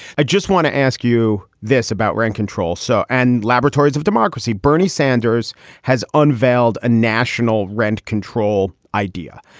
i just want to ask you this about we're in control, so. and laboratories of democracy. bernie sanders has unveiled a national rent control idea.